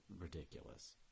ridiculous